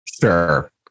Sure